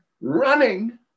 running